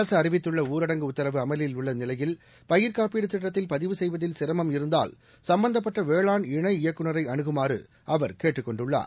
அரசுஅறிவித்துள்ளஊரடங்கு உத்தரவு அமலில் உள்ளநிலையில் பயிர்க் காப்பீட்டுதிட்டத்தில் பதிவு செய்வதில் சிரமம் இருந்தால் சம்பந்தப்பட்டவேளாண் இணை இயக்குநரைஅனுகுமாறுஅவர் கேட்டுக் கொண்டுள்ளார்